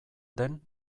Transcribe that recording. den